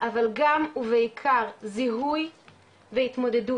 אבל גם ובעיקר זיהוי בהתמודדות,